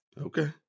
Okay